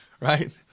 right